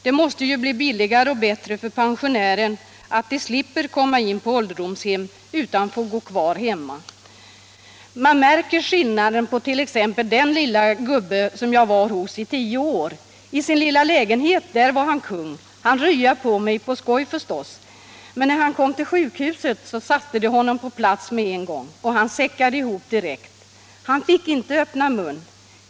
Det måste ju bli mycket billigare och bättre för pensionärerna att de slipper komma in på ålderdomshem, utan får gå hemma. Man märker skillnaden på t.ex. den lilla gubben jag var hos i tio år. I sin lilla lägenhet där var han kung, han rya på mig, på skoj förstås. När han kom till sjukhuset, satte de honom på plats med en gång, och han säckade ihop direkt. Han fick inte öppna mun.